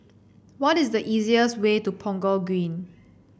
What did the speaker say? what is the easiest way to Punggol Green